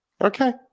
Okay